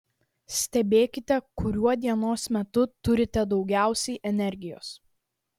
stebėkite kuriuo dienos metu turite daugiausiai energijos